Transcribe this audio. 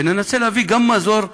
וננסה להביא גם מזור,